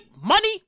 Money